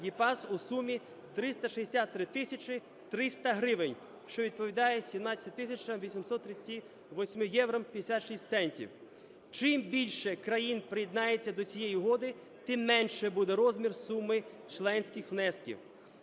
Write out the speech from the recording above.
(EPAS) у сумі 363 тисячі 300 гривень, що відповідає 17 тисячам 838 євро і 56 центів. Чим більше країн приєднається до цієї угоди, тим менше буде розмір суми членських внесків.